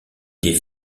des